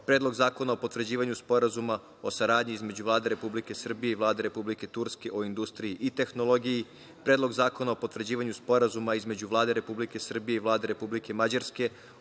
Predlog zakona o potvrđivanju Sporazuma o saradnji između Vlade Republike Srbije i Vlade Republike Turske o industriji i tehnologiji, Predlog zakona o potvrđivanju Sporazuma između Vlade Republike Srbije i Vlade Republike Mađarske